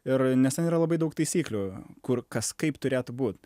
ir nes ten yra labai daug taisyklių kur kas kaip turėtų būt